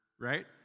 right